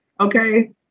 Okay